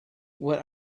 what